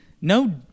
no